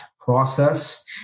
process